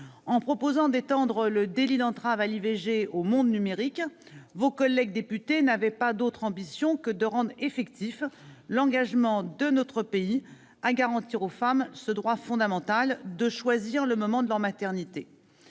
En proposant d'étendre le délit d'entrave à l'IVG au monde numérique, vos collègues députés n'avaient pas d'autre ambition que de rendre effectif l'engagement de notre pays à garantir aux femmes ce droit fondamental de choisir le moment de leur maternité,